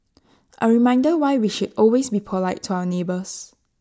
A reminder why we should always be polite to our neighbours